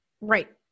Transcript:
Right